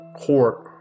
court